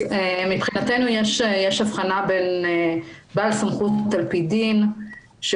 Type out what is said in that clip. מבחינתנו יש הבחנה בין בעל סמכות על פי דין שהוא